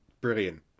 brilliant